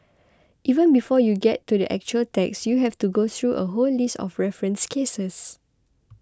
even before you get to the actual text you have to go through a whole list of referenced cases